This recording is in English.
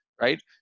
right